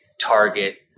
target